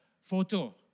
photo